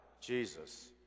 Jesus